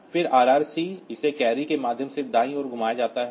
फिर RRC इसे carry के माध्यम से दाईं ओर घुमाया जाता है